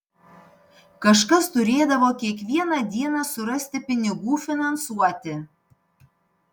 kažkas turėdavo kiekvieną dieną surasti pinigų finansuoti